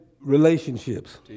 relationships